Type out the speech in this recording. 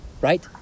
Right